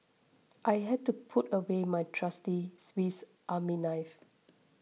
I had to put away my trusty Swiss Army knife